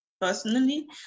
personally